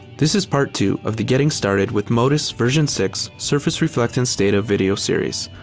this is part two of the getting started with modis version six surface reflectance data video series.